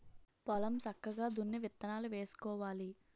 పొలం సక్కగా దున్ని విత్తనాలు వేసుకోవాలి